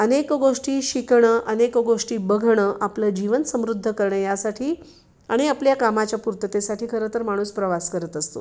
अनेक गोष्टी शिकणं अनेक गोष्टी बघणं आपलं जीवन समृद्ध करणं यासाठी आणि आपल्या कामाच्या पुर्ततेसाठी खरं तर माणूस प्रवास करत असतो